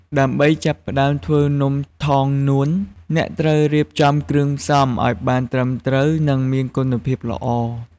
ដើម្បីចាប់ផ្ដើមធ្វើនំថងនួន អ្នកត្រូវរៀបចំគ្រឿងផ្សំឲ្យបានត្រឹមត្រូវនិងមានគុណភាពល្អ។